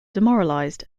demoralised